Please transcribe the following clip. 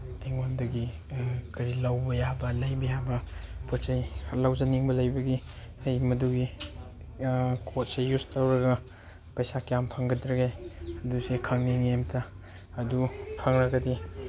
ꯑꯩꯉꯣꯟꯗꯒꯤ ꯀꯔꯤ ꯂꯧꯕ ꯌꯥꯕ ꯂꯩꯕ ꯌꯥꯕ ꯄꯣꯠ ꯆꯩ ꯈꯔ ꯂꯧꯖꯅꯤꯡꯕ ꯂꯩꯕꯒꯤ ꯑꯩ ꯃꯗꯨꯒꯤ ꯀꯣꯗꯁꯦ ꯌꯨꯁ ꯇꯧꯔꯒ ꯄꯩꯁꯥ ꯀ꯭ꯌꯥꯝ ꯐꯪꯒꯗꯒꯦ ꯑꯗꯨꯁꯦ ꯈꯪꯅꯤꯡꯉꯤ ꯑꯝꯇ ꯑꯗꯨ ꯈꯪꯂꯒꯗꯤ